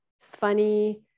funny